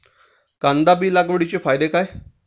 कांदा बी लागवडीचे फायदे काय?